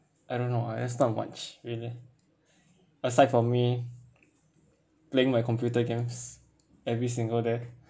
I don't know I there's not much really aside for me playing my computer games every single day